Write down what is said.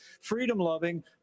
freedom-loving